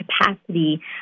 capacity